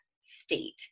state